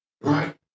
Right